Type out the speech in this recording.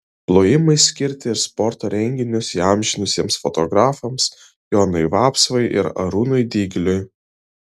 plojimai skirti ir sporto renginius įamžinusiems fotografams jonui vapsvai ir arūnui dygliui